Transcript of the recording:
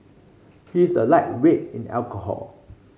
he is a lightweight in the alcohol